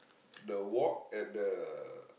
the walk at the